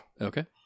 Okay